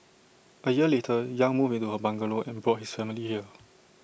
A year later yang moved into her bungalow and brought his family here